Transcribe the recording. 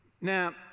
Now